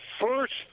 first